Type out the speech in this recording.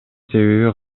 себеби